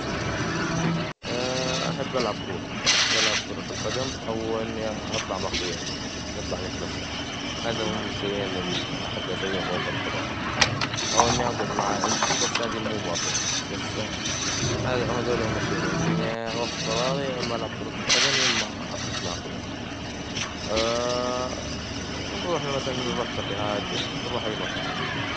أحب ألعب كورة، أحب ألعب كرة القدم، أو إني أطلع مع أخ وياي نطلع نتمشى هذا هم الشيئين إللي أحب أسويهم في أوقات فراغي، أو إني أقعد مع عائلتي بس هذا مو مرة، بس هذولي هم الشيئين وقت فراغي يإما ألعب كرة القدم، أو إني أخرج مع أخ وياي و نروح إلى كافيات أو أي مكان.